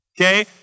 Okay